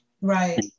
right